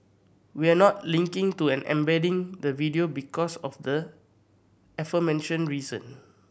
we're not linking to an embedding the video because of the aforementioned reason